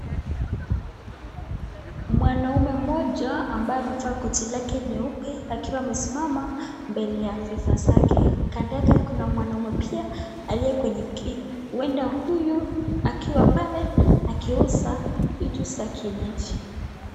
Mwanaume moja ambaye amevaa koti yake nyeupe akiwa amesimama mbele vifaa zake kando kuna mwanaume pia aliye kwenye huenda huyu akiwa pale akiuza vitu vya kienyeji.